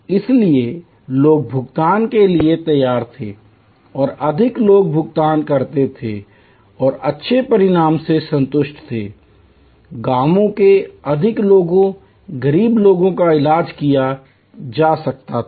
इसलिए लोग भुगतान करने के लिए तैयार थे और अधिक लोग भुगतान करते थे और अच्छे परिणाम से संतुष्ट थे गांवों के अधिक लोगों गरीब लोगों का इलाज किया जा सकता था